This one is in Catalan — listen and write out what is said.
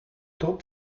tot